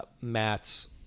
Matt's